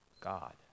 God